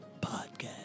podcast